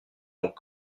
ont